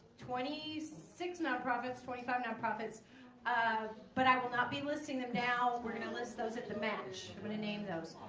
twenty six nonprofits. twenty five nonprofits um but i will not be listing them now we're gonna list those at the match i'm gonna name those.